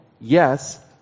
Yes